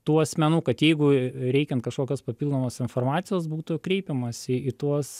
tų asmenų kad jeigu reikiant kažkokios papildomos informacijos būtų kreipiamasi į tuos